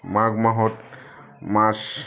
মাঘ মাহত মাছ